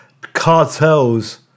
cartels